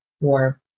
war